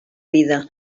vida